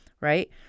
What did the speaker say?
right